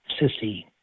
sissy